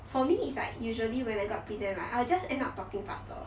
for me is like usually when I go up present right I will just end up talking faster